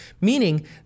meaning